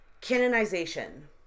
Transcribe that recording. Canonization